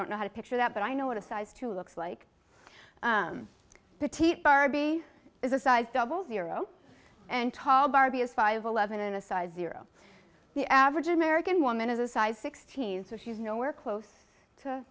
don't know how to picture that but i know what a size two looks like petite barbie is a size double zero and tall barbie is five eleven and a size zero the average american woman is a size sixteen so she's nowhere close to